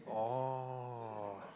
oh